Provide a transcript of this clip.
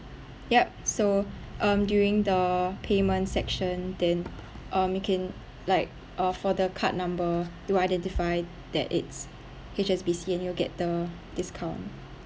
yup so um during the payment section then uh you can like uh for the card number you identify that it's H_S_B_C and you will get the discount